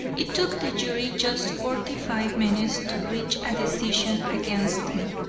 it took the jury just forty-five minutes to reach a decision against me.